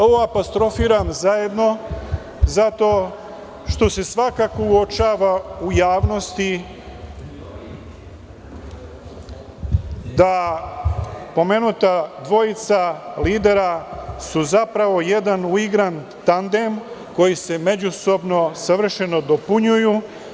Ovo apostrofiram zajedno, zato što se svakako uočava u javnosti da su pomenuta dvojica lidera zapravo jedan uigran tandem, koji se međusobno savršeno dopunjuje.